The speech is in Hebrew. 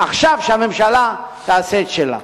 עכשיו, שהממשלה תעשה את שלה.